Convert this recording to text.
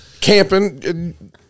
camping